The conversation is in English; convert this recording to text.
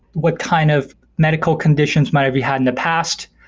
what kind of medical conditions might have you had in the past?